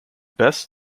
best